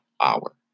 hour